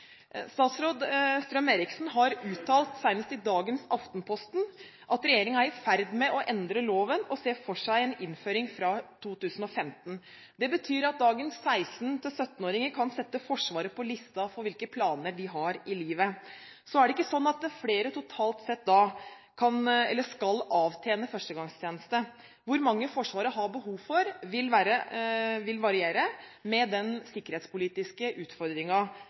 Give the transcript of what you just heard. Statsråd Strøm-Erichsen har uttalt, senest i dagens Aftenposten, at regjeringen er i ferd med å endre loven og ser for seg en innføring fra 2015. Det betyr at dagens 16- og 17-åringer kan sette Forsvaret på listen over hvilke planer de har i livet. Så er det ikke sant at flere totalt sett skal avtjene førstegangstjeneste. Hvor mange Forsvaret har behov for, vil variere med den sikkerhetspolitiske